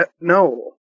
No